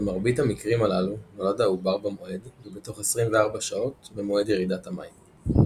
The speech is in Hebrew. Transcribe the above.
במרבית המקרים הללו נולד העובר במועד ובתוך 24 שעות ממועד ירידת המים.